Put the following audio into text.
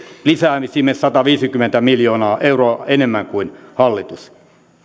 lisäämme sinne sataviisikymmentä miljoonaa euroa enemmän kuin hallitus